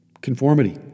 Conformity